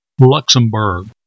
Luxembourg